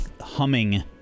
humming